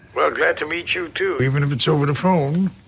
well glad to meet you too. even if it's over the phone